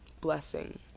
blessing